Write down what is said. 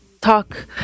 Talk